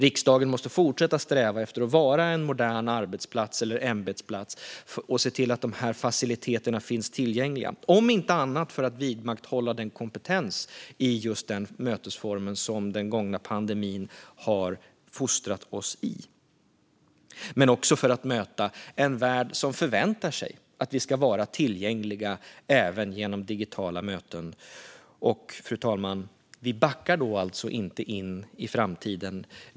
Riksdagen måste fortsätta sträva efter att vara en modern arbetsplats eller ämbetsplats och se till att de faciliteterna finns tillgängliga, om inte annat så för att vidmakthålla den kompetens i just den mötesformen som vi under den gångna pandemin har fostrats i men också för att möta en värld som förväntar sig att vi ska vara tillgängliga även genom digitala möten. Fru talman! Vi backar alltså inte in i framtiden.